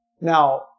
Now